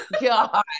God